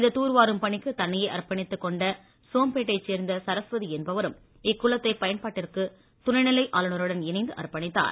இந்த தூர்வாரும் பணிக்கு தன்னையே அர்ப்பணித்துக் கொண்ட சோம்பட்டைச் சேர்ந்த சரஸ்வதி என்பவரும் இக்குளத்தை பயன்பாட்டிற்கு துணைநிலை ஆளுநரிடம் இணைந்து அர்ப்பணித்தார்